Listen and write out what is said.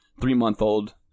three-month-old